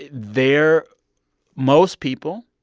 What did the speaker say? ah there most people,